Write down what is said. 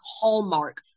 hallmark